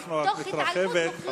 את מתרחבת.